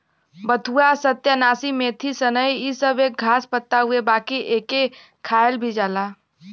बथुआ, सत्यानाशी, मेथी, सनइ इ सब एक घास पात हउवे बाकि एके खायल भी जाला